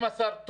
אם השר,